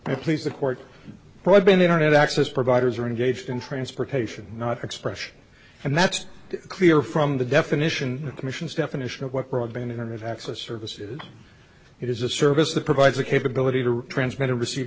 it please the court broadband internet access providers are engaged in transportation not expression and that's clear from the definition commission's definition of what broadband internet access service is it is a service that provides a capability to transmit and receive